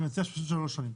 אני מציע שלוש שנים.